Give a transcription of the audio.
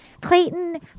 Clayton